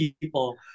people